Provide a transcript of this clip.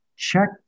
Check